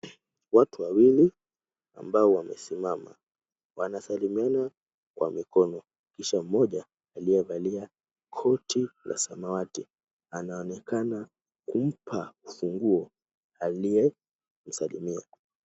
Watu wawili ambao wamesimama wanasalimiana kwa mikono kisha mmoja aliyevalia koti la samawati, anaonekana kumpa funguo aliyemsalimia.